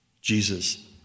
Jesus